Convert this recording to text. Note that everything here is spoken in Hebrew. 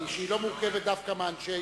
היא לא מורכבת דווקא מאנשי